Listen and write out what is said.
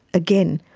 again,